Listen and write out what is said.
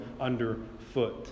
underfoot